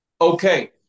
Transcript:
okay